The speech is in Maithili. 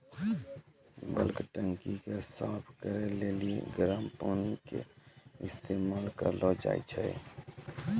बल्क टंकी के साफ करै लेली गरम पानी के इस्तेमाल करलो जाय छै